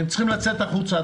אתם צריכים לצאת החוצה,